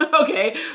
okay